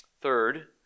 Third